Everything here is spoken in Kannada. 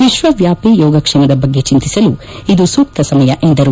ವಿಶ್ವವ್ಯಾಪಿ ಯೋಗಕ್ಷೇಮದ ಬಗ್ಗೆ ಚಿಂತಿಸಲು ಇದು ಸೂಕ್ತ ಸಮಯ ಎಂದರು